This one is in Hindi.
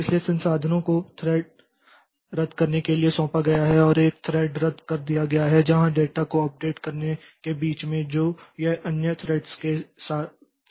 इसलिए संसाधनों को थ्रेड रद्द करने के लिए सौंपा गया है और एक थ्रेड रद्द कर दिया गया है जहां डेटा को अपडेट करने के बीच में जो यह अन्य थ्रेड्स के साथ साझा कर रहा है